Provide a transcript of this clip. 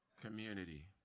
community